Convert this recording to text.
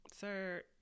sir